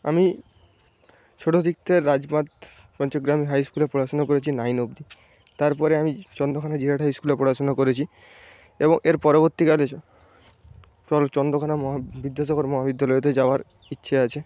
আমি ছোটো দিক থেকে রাজবাঁধ পঞ্চগ্রাম হাইস্কুলে পড়াশোনা করেছি নাইন অবধি তারপরে আমি চন্দ্রকোনা জিরাট হাইস্কুলে পড়াশোনা করেছি এবং এর পরবর্তীকালে চন্দ্রকোনা মহা বিদ্যাসাগর মহাবিদ্যালয়তে যাওয়ার ইচ্ছে আছে